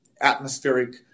atmospheric